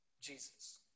Jesus